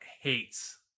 hates